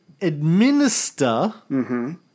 administer